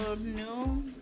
new